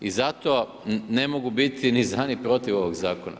I zato ne mogu biti ni za ni protiv ovog zakona.